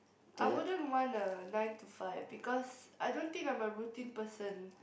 I wouldn't want a nine to five because I don't think I'm a routine person